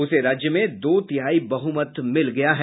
उसे राज्य में दो तिहाई बहुमत मिल गया है